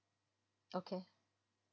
okay